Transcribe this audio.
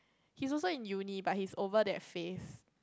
he's also in uni but he's over that phase